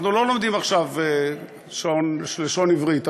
אנחנו לא לומדים עכשיו לשון עברית,